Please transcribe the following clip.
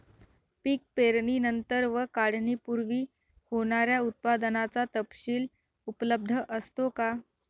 पीक पेरणीनंतर व काढणीपूर्वी होणाऱ्या उत्पादनाचा तपशील उपलब्ध असतो का?